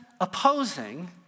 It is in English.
opposing